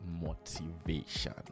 motivation